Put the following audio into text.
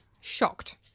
shocked